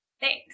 Thanks